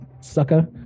sucker